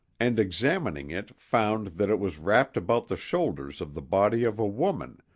and examining it found that it was wrapped about the shoulders of the body of a woman,